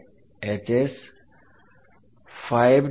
क्या है